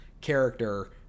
character